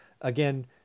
again